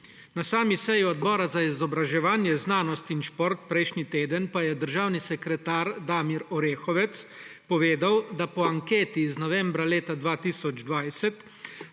Na seji Odbora za izobraževanje, znanost in šport prejšnji teden pa je državni sekretar Damir Orehovec povedal, da po anketi iz novembra leta 2020